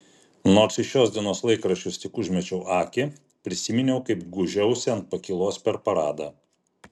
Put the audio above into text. nors į šios dienos laikraščius tik užmečiau akį prisiminiau kaip gūžiausi ant pakylos per paradą